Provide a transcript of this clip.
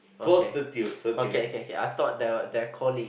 okay okay okay okay I thought they are colleague